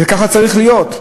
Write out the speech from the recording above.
וככה זה צריך להיות.